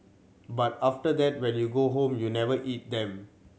but after that when you go home you never eat them